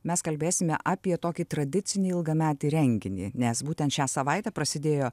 mes kalbėsime apie tokį tradicinį ilgametį renginį nes būtent šią savaitę prasidėjo